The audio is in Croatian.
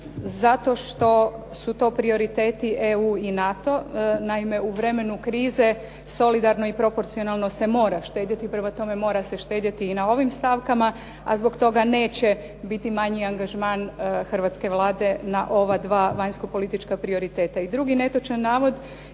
zato što su to prioriteti EU i NATO." Naime u vremenu krize solidarno i proporcionalno se mora štedjeti, prema tome mora se štedjeti i na ovim stavkama, a zbog toga neće biti manji angažman hrvatske Vlade na ova 2 vanjskopolitička prioriteta.